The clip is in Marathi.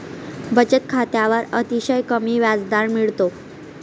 बचत खात्यावर अतिशय कमी व्याजदर मिळतो